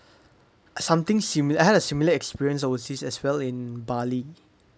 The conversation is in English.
something similar I had a similar experience overseas as well in bali